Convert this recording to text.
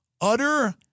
Utter